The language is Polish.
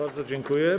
Bardzo dziękuję.